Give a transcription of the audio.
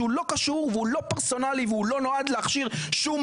שהוא לא קשור והוא לא פרסונלי והוא לא נועד להכשיר שום